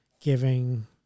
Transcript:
giving